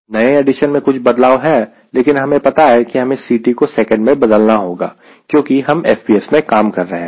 नये एडिशन में कुछ बदलाव है लेकिन हमें पता है कि हमें Ct को सेकंड में बदलना होगा क्योंकि हम FPS में काम कर रहे हैं